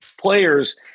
players